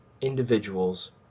individuals